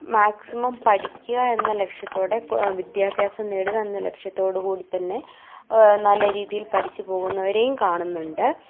maximum പഠിക്കുക എന്ന ലക്ഷ്യത്തോടെ വിദ്യാഭ്യാസം നേടുക എന്ന ലക്ഷ്യത്തോടു കൂടിത്തന്നെ നല്ല രീതിയിൽ പഠിച്ച് പോകുന്നവരേയും കാണുന്നുണ്ട്